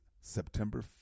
September